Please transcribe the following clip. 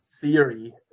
theory